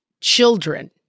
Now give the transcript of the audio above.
children